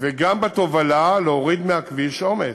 וגם בתובלה, להוריד מהכביש עומס.